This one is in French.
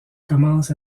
commence